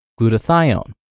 glutathione